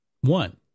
One